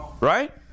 Right